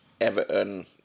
Everton